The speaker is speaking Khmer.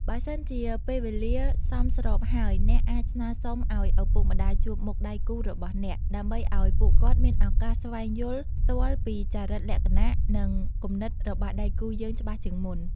បើសិនជាពេលវេលាសមស្របហើយ អ្នកអាចស្នើសុំឱ្យឪពុកម្ដាយជួបមុខដៃគូរបស់អ្នក ដើម្បីឱ្យពួកគាត់មានឱកាសស្វែងយល់ផ្ទាល់ពីចរិតលក្ខណៈ និងគំនិតរបស់ដៃគូយើងច្បាស់ជាងមុន។